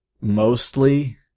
mostly